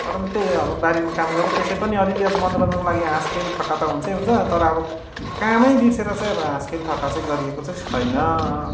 तर पनि त्यही हो अब बारीमा काम गर्दा त्यसै पनि अलिअलि अब मनोरञ्जनको लागि हाँसखेल ठट्टा त हुन्छै हुन्छ तर अब कामै बिर्सेर चाहिँ अब हाँसखेल ठट्टा चाहिँ गरिएको चाहिँ छैन